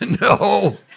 no